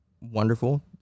wonderful